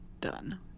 done